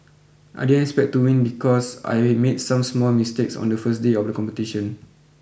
I didn't expect to win because I made some small mistakes on the first day of the competition